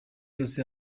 yose